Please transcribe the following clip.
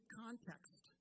context